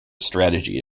strategy